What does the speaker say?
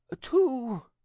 two